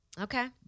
Okay